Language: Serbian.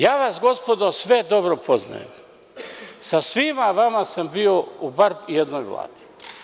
Ja vas gospodo sve dobro poznajem i sa svima vama sam bio u bar jednoj Vladi.